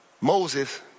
Moses